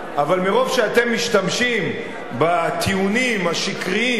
אבל מרוב שאתם משתמשים בטיעונים השקריים,